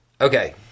Okay